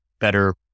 better